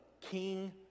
King